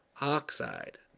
oxide